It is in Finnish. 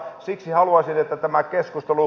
siksi haluaisin että tämä keskustelu